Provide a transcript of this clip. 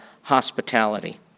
hospitality